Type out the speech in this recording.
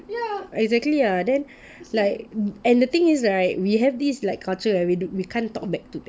ya exactly then is like and the thing is right we have this like culture where we do we can't talk back to them